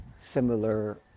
similar